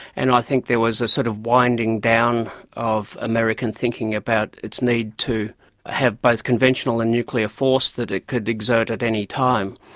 and i think there was a sort of winding down of american thinking about its need to have both conventional and nuclear force that it could exert at any time.